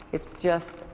it's just